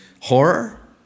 horror